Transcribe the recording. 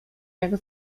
jak